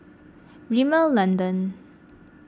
Rimmel London